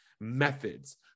methods